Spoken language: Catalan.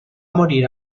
morir